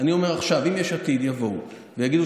אני אומר עכשיו: אם יש עתיד יבואו ויגידו